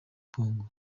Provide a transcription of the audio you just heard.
congo